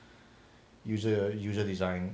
user user design